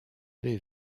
les